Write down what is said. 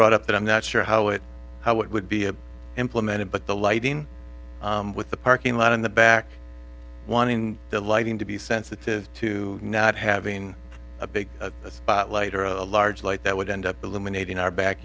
brought up that i'm not sure how it how it would be implemented but the lighting with the parking lot in the back wanting the lighting to be sensitive to not having a big spotlight or a large light that would end up illuminating our back